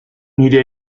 nire